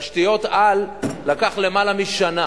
תשתיות-על, לקח למעלה משנה